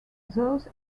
those